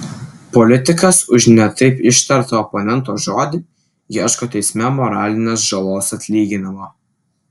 politikas už ne taip ištartą oponento žodį ieško teisme moralinės žalos atlyginimo